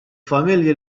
familji